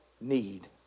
need